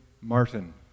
Martin